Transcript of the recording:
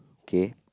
K